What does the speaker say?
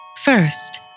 First